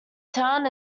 town